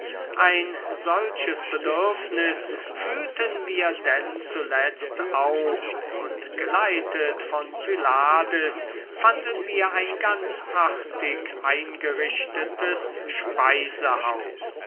ein solches bedürfnis fühlten wir denn zuletzt auch und geleitet von pylades fanden wir ein ganz artig eingerichtetes